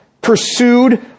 pursued